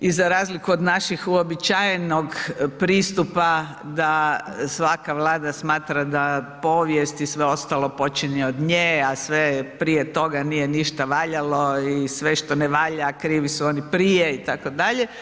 I za razliku od našeg uobičajenog pristupa da svaka Vlada smatra da povijest i sve ostalo počinje od nje a sve prije toga nije ništa valjalo i sve što ne valja krivi su oni prije itd.